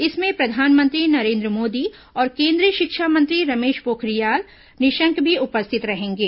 इसमें प्रधानमंत्री नरेन्द्र मोदी और केंद्रीय शिक्षा मंत्री रमेश पोखरियाल निशंक भी उपस्थित रहेंगे